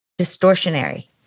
distortionary